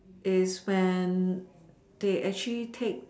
is when they actually take